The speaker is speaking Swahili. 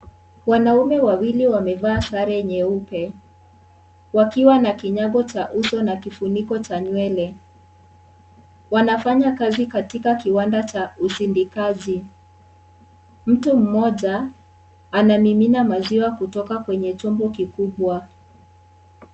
Wanaume wawili wamevaa sare nyeupe wakiwa na kinyago cha uso na kifuniko cha nywele. Wanafanya kazi katika kiwanda cha usindikazi. Mtu mmoja anamimina maziwa kutoka kwenye chombo kikubwa.